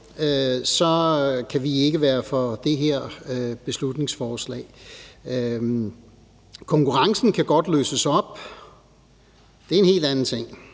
kan vi ikke være for det her beslutningsforslag. Konkurrencen kan godt løses op, men det er en helt anden ting,